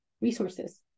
Resources